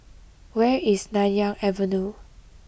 where is Nanyang Avenue